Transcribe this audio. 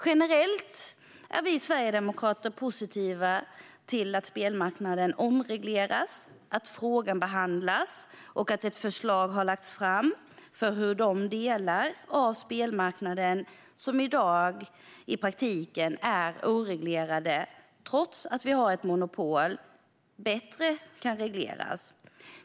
Generellt är vi sverigedemokrater positiva till att spelmarknaden omregleras, att frågan behandlas och att ett förslag har lagts fram för hur de delar av spelmarknaden som i dag i praktiken är oreglerade, trots att vi har ett monopol, kan regleras bättre.